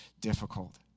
difficult